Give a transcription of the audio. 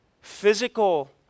physical